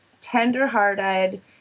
tenderhearted